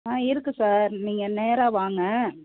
ஆ இருக்குது சார் நீங்கள் நேராக வாங்க